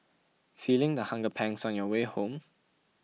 feeling the hunger pangs on your way home